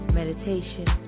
meditation